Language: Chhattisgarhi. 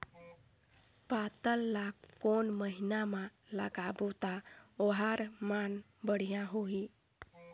पातल ला कोन महीना मा लगाबो ता ओहार मान बेडिया होही?